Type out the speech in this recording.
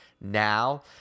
now